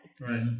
Right